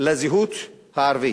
לזהות הערבית,